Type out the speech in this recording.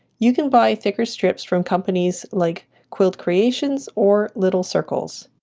you can buy thicker strips from companies like quilt creations or little circles